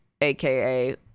aka